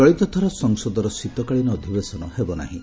ଚଳିତ ଥର ସଂସଦର ଶୀତକାଳୀନ ଅଧିବେଶନ ହେବ ନାହିଁ